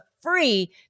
free